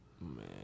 Man